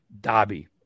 Dobby